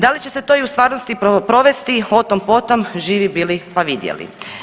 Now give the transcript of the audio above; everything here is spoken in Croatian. Da li će se to i u stvarnosti provesti, o tom potom, živi bili pa vidjeli.